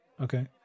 Okay